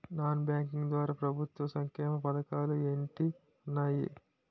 Non banking ద్వారా ప్రభుత్వ సంక్షేమ పథకాలు ఏంటి ఉన్నాయి?